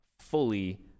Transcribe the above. fully